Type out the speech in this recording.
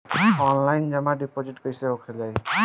Online जमा deposit कैसे खोलल जाइ?